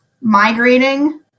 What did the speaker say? migrating